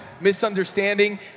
Misunderstanding